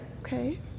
okay